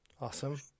Awesome